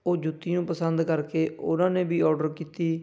ਉਹ ਜੁੱਤੀ ਨੂੰ ਪਸੰਦ ਕਰਕੇ ਉਹਨਾਂ ਨੇ ਵੀ ਔਡਰ ਕੀਤੀ